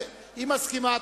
היא מסכימה.